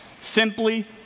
simply